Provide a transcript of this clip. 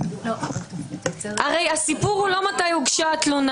הרי הסיפור הוא לא מתי הוגשה התלונה